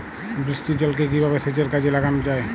বৃষ্টির জলকে কিভাবে সেচের কাজে লাগানো য়ায়?